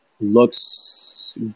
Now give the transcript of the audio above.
looks